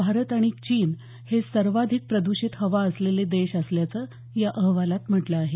भारत आणि चीन हे सर्वाधिक प्रद्षित हवा असलेले देश असल्याचं या अहवालात म्हटलं आहे